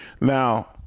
now